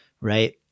Right